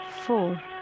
four